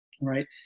right